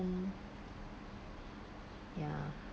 ya